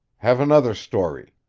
have another story.